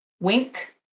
Wink